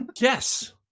Yes